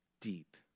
Deep